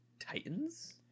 Titans